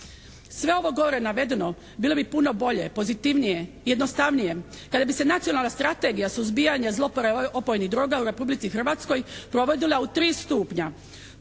Sve ovo gore navedeno bilo bi puno bolje, pozitivnije, jednostavnije kada bi se nacionalna strategija suzbijanja zloporabe opojnih droga u Republici Hrvatskoj provodila u 3 stupnja.